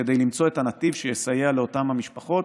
כדי למצוא את הנתיב שיסייע לאותן המשפחות.